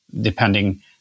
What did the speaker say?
depending